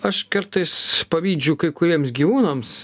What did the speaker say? aš kartais pavydžiu kai kuriems gyvūnams